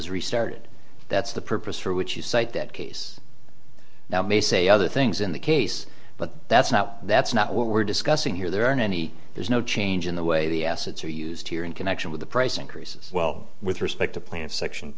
is restarted that's the purpose for which you cite that case now may say other things in the case but that's not that's not what we're discussing here there aren't any there's no change in the way the assets are used here in connection with the price increases well with respect to plant section